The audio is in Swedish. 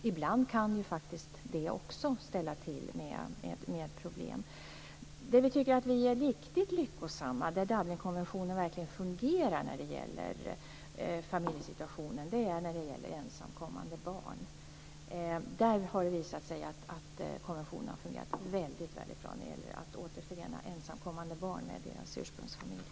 Ibland kan faktiskt även det ställa till med problem. Det vi tycker att vi är riktigt lyckosamma med, där Dublinkonventionen verkligen fungerar i fråga om familjesituationen, är när det gäller ensamkommande barn. Det har visat sig att konventionen har fungerat bra när det gäller att återförena ensamkommande barn med deras ursprungsfamilj.